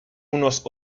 unos